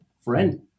friend